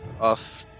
off